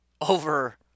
over